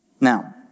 Now